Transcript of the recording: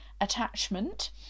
attachment